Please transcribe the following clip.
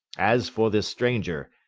as for this stranger,